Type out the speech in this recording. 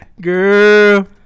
Girl